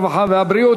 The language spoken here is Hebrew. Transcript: הרווחה והבריאות.